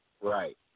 Right